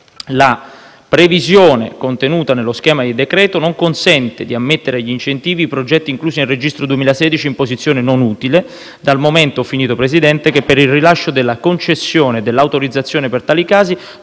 La previsione contenuta nello schema di decreto non consente di ammettere agli incentivi i progetti inclusi nel Registro 2016 in posizione non utile, dal momento che per il rilascio delle concessioni e delle autorizzazioni per tali casi